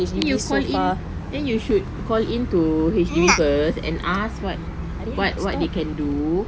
then you call in then you should call in to H_D_B first and ask what what what they can do